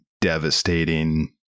devastating